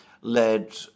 led